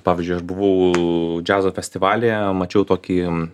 pavyzdžiui aš buvau džiazo festivalyje mačiau tokį